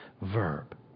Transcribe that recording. verb